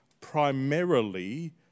primarily